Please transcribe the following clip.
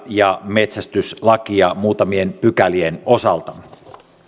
ja metsästyslakia muutamien pykälien osalta